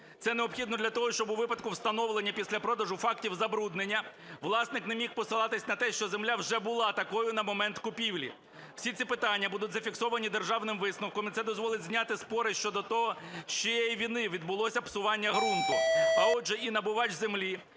Це необхідно для того, щоб у випадку встановлення після продажу фактів забруднення власник не міг посилатись на те, що земля вже була такою на момент купівлі. Всі ці питання будуть зафіксовані державним висновком, і це дозволить зняти спори щодо того, з чиєї вини відбулося псування ґрунту. А отже, і набувач землі